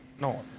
No